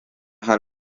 ha